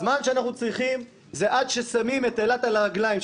הזמן שאנחנו צריכים הוא עד ששמים את אילת על הרגליים,